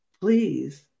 please